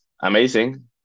amazing